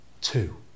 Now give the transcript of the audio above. Two